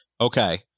Okay